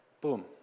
boom